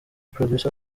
producer